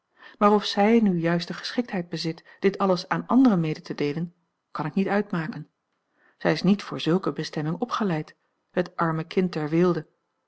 of zij nu juist de geschiktheid bezit dit alles aan anderen mede te deelen kan ik niet uitmaken zij is niet voor zulke bestemming opgeleid het arme kind der weelde